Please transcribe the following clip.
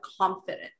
confident